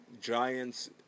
Giants